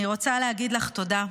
אני רוצה להגיד לך תודה.